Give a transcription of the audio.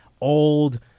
old